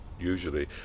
usually